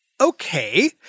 Okay